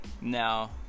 Now